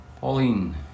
Pauline